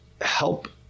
Help